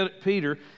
Peter